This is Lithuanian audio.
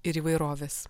ir įvairovės